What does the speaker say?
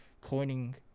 coining